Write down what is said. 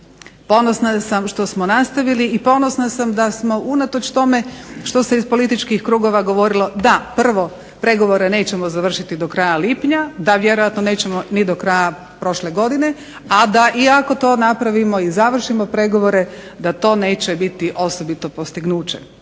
ponosna sam što smo nastavili i ponosna sam da smo unatoč tome što se iz političkih krugova govorilo da prvo pregovore nećemo završiti do kraja lipnja, da vjerojatno nećemo ni do kraja prošle godine, a da iako to napravimo i završimo pregovore da to neće biti osobito postignuće.